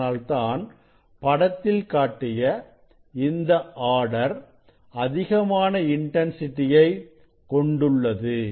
அதனால்தான் படத்தில் காட்டிய இந்த ஆர்டர் அதிகமான இன்டன்சிட்டியை கொண்டுள்ளது